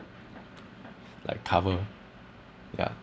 like cover yeah